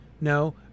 No